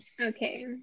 Okay